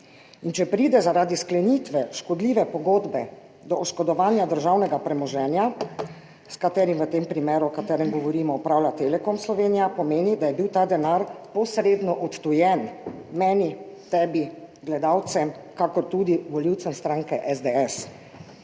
In če pride zaradi sklenitve škodljive pogodbe do oškodovanja državnega premoženja, s katerim v tem primeru, o katerem govorimo, upravlja Telekom Slovenija, pomeni, da je bil ta denar posredno odtujen meni, tebi, gledalcem ter tudi volivcem stranke SDS.